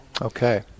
Okay